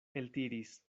eltiris